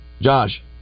Josh